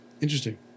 Interesting